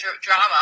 drama